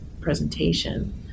presentation